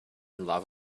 love